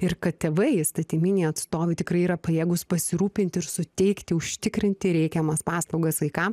ir kad tėvai įstatyminiai atstovai tikrai yra pajėgūs pasirūpinti ir suteikti užtikrinti reikiamas paslaugas vaikam